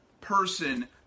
person